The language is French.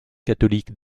catholique